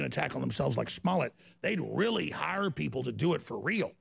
an attack on themselves like small it they don't really hire people to do it for real